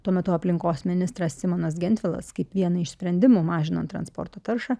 tuo metu aplinkos ministras simonas gentvilas kaip vieną iš sprendimų mažinant transporto taršą